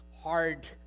hard